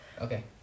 Okay